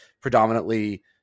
predominantly